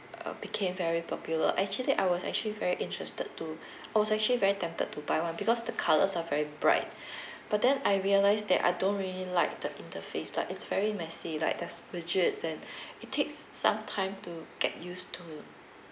uh became very popular actually I was actually very interested to I was actually very tempted to buy one because the colours are very bright but then I realised that I don't really like the interface like it's very messy like there's widgets and it takes some time to get used to